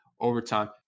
overtime